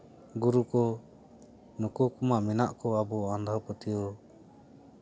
ᱜᱩᱨᱩ ᱠᱚ ᱱᱩᱠᱩ ᱠᱚᱢᱟ ᱢᱮᱱᱟᱜ ᱠᱚᱣᱟ ᱟᱵᱚ ᱟᱸᱫᱷᱟᱯᱟᱹᱛᱭᱟᱹᱣ